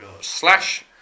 slash